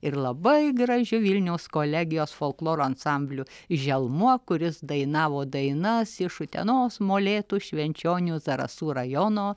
ir labai gražiu vilniaus kolegijos folkloro ansambliu želmuo kuris dainavo dainas iš utenos molėtų švenčionių zarasų rajono